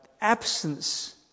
absence